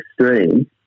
extreme